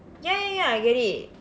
ya ya ya I get it